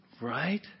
Right